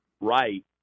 right